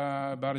אתם,